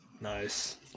nice